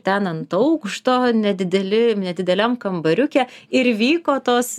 ten ant aukšto nedideli nedideliam kambariuke ir vyko tos